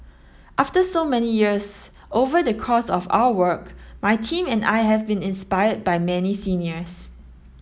after so many years over the course of our work my team and I have been inspired by many seniors